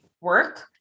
work